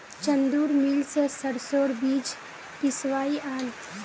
चंदूर मिल स सरसोर बीज पिसवइ आन